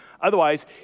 Otherwise